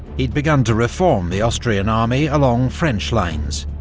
he'd begun to reform the austrian army along french lines,